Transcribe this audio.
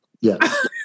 Yes